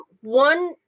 One